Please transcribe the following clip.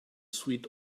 sweet